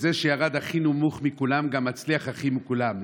זה שירד הכי נמוך מכולם, מצליח הכי מכולם.